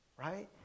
Right